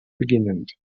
beginnend